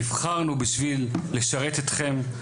נבחרנו בשביל לשרת אתכם,